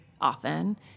often